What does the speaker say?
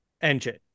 engine